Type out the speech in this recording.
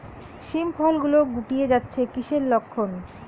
শিম ফল গুলো গুটিয়ে যাচ্ছে কিসের লক্ষন?